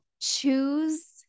choose